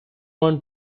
want